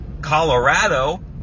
Colorado